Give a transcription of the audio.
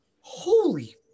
holy